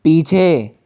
पीछे